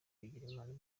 bigirimana